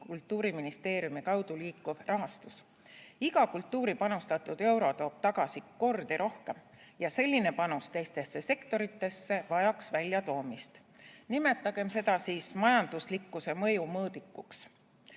Kultuuriministeeriumi kaudu liikuv rahastus. Iga kultuuri panustatud euro toob tagasi kordi rohkem ja selline panus teistesse sektoritesse vajaks väljatoomist. Nimetagem seda majanduslikkuse mõju mõõdikuks.